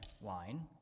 wine